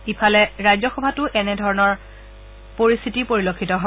ইফালে ৰাজ্যসভাতো একেধৰণৰ পৰিস্থিতি পৰিলক্ষিত হয়